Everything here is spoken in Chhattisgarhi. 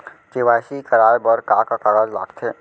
के.वाई.सी कराये बर का का कागज लागथे?